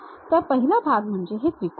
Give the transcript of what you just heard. तर पहिला भाग म्हणजे हे त्रिकुट